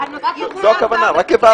רק הבהרתי.